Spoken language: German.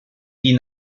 die